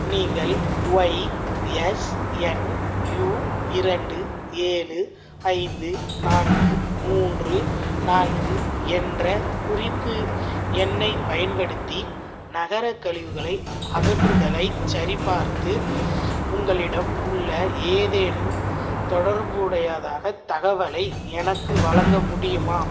நீங்கள் ஒய்எஸ்என்யு இரண்டு ஏழு ஐந்து நான்கு மூன்று நான்கு என்ற குறிப்பு எண்ணைப் பயன்படுத்தி நகரக் கழிவுகளை அகற்றுதலைஐச் சரிபார்த்து உங்களிடம் உள்ள ஏதேனும் தொடர்புடையதாகத் தகவலை எனக்கு வழங்க முடியுமா